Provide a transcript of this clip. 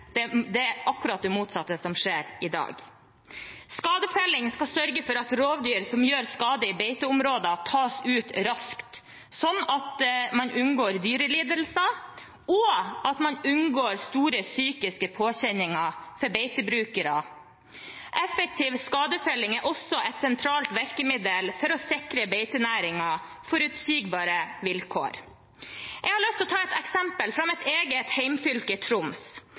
det er akkurat det motsatte som skjer i dag. Skadefelling skal sørge for at rovdyr som gjør skade i beiteområder, tas ut raskt, sånn at man unngår dyrelidelser, og at man unngår store psykiske påkjenninger for beitebrukere. Effektiv skadefelling er også et sentralt virkemiddel for å sikre beitenæringen forutsigbare vilkår. Jeg har lyst til å ta et eksempel fra mitt eget hjemfylke, Troms.